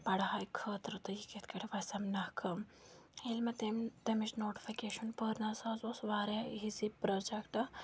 پڑھاے خٲطرٕ تہٕ یہِ کِتھ کٲٹھۍ وَسٮ۪م نَکھٕ ییٚلہِ مےٚ تٔمۍ تَمِچ نوٹفِکیشَن پٔر نہٕ حظ سُہ حظ اوس واریاہ ایٖزی پرٛوٚجَکٹ